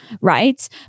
Right